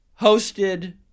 hosted